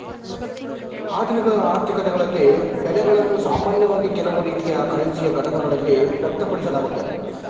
ಆಧುನಿಕ ಆರ್ಥಿಕತೆಗಳಲ್ಲಿ ಬೆಲೆಗಳನ್ನು ಸಾಮಾನ್ಯವಾಗಿ ಕೆಲವು ರೀತಿಯ ಕರೆನ್ಸಿಯ ಘಟಕಗಳಲ್ಲಿ ವ್ಯಕ್ತಪಡಿಸಲಾಗುತ್ತೆ